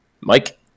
Mike